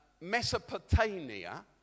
Mesopotamia